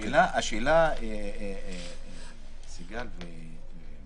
בסופו של דבר לבן-אדם שהעורך דין מייצג אותו זה כל עולמו.